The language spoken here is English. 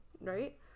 Right